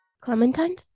Clementine